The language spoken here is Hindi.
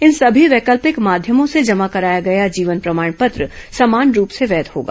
इन सभी वैकल्पिक माध्यमों से जमा कराया गया जीवन प्रमाण पत्र समान रूप से वैध होगा